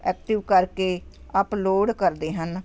active ਕਰਕੇ upload ਕਰਦੇ ਹਨ